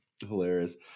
Hilarious